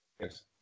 Yes